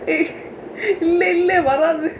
இல்லை இல்லை வராது:illai illai varaathu